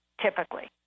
typically